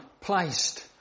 placed